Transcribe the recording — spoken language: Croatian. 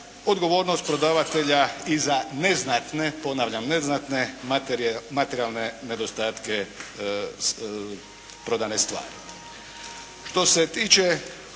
odgovornost prodavatelja i za neznatne, ponavljam neznatne materijalne nedostatke prodane stvari.